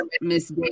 miss